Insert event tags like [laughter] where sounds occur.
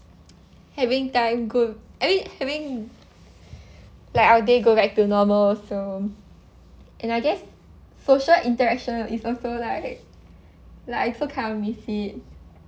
having time good I mean having [breath] like our day go back to normal also and I guess social interaction is also like like like I also kind of miss it